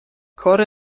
کار